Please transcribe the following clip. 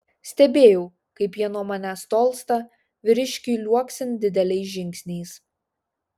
stebėjau kaip jie nuo manęs tolsta vyriškiui liuoksint dideliais žingsniais